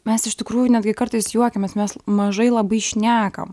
mes iš tikrųjų netgi kartais juokiamės mes mažai labai šnekam